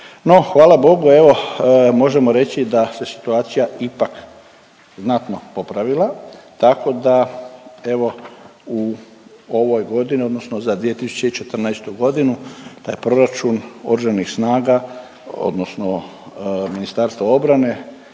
hvala Bogu evo možemo reći da se situacija ipak znatno popravila tako da evo u ovoj godini odnosno za 2014. godinu taj proračun oružanih snaga odnosno Ministarstva obrane